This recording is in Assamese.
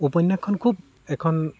উপন্যাসখন খুব এখন